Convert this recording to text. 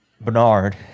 Bernard